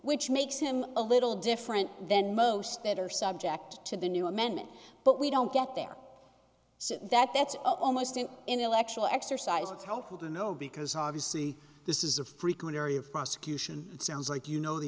which makes him a little different than most that are subject to the new amendment but we don't get there so that that's almost an intellectual exercise it's helpful to know because obviously this is a frequent area of prosecution it sounds like you know the